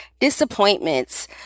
disappointments